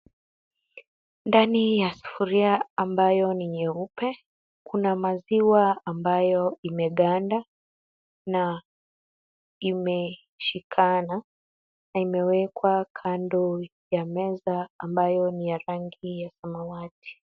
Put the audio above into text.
Ndani ya sufuria ambayo ni nyeupe, kuna maziwa ambayo imeganda na imeshikana na imewekwa kando ya meza ambayo ni ya rangi ya samawati.